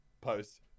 post